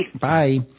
Bye